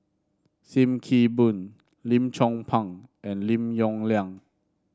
Sim Kee Boon Lim Chong Pang and Lim Yong Liang